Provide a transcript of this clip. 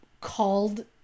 called